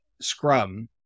Scrum